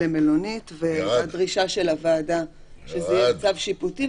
למלונית והדרישה של הוועדה שזה יהיה צו שיפוטי,